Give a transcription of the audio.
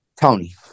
Tony